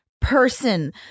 person